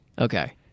Okay